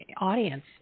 audience